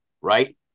right